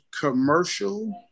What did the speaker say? commercial